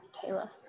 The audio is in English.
Taylor